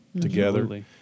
together